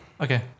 Okay